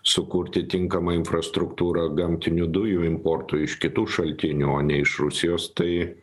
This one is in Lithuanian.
sukurti tinkamą infrastruktūrą gamtinių dujų importui iš kitų šaltinių o ne iš rusijos tai